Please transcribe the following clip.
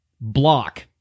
block